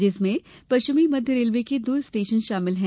जिसमें पश्चिमी मध्य रेलवे के दो स्टेशन शामिल है